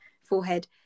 forehead